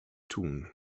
tun